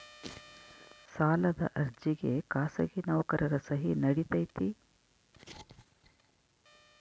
ಸಾಲದ ಅರ್ಜಿಗೆ ಖಾಸಗಿ ನೌಕರರ ಸಹಿ ನಡಿತೈತಿ?